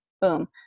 boom